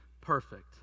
perfect